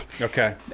Okay